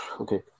okay